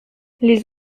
les